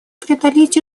преодолеть